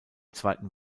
zweiten